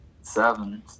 seven